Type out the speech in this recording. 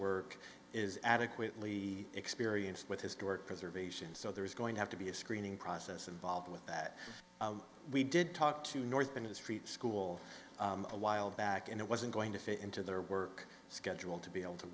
work is adequately experienced with historic preservation so there is going to have to be a screening process involved with that we did talk to the north into the street school a while back and it wasn't going to fit into their work schedule to be able to